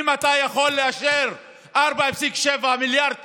אם אתה יכול לאשר 4.7 מיליארד שקל,